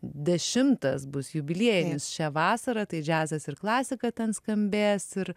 dešimtas bus jubiliejinis šią vasarą tai džiazas ir klasika ten skambės ir